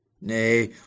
Nay